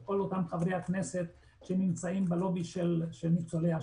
של כל אותם חברי הכנסת שנמצאים בלובי של ניצולי השואה.